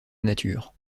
nature